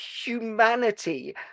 humanity